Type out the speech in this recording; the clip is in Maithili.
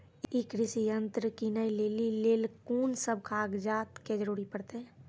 ई कृषि यंत्र किनै लेली लेल कून सब कागजात के जरूरी परतै?